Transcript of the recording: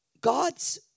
God's